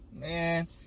man